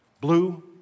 blue